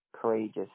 courageous